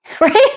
right